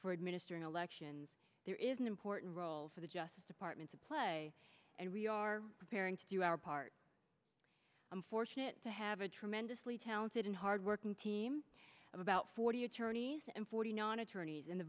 for administering elections there is an important role for the justice department to play and we are preparing our part i'm fortunate to have a tremendously talented and hardworking team of about forty attorneys and forty nine attorneys in the